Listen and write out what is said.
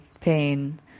pain